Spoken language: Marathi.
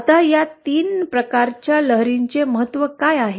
आता या तीन प्रकारच्या लहरींचे महत्त्व काय आहे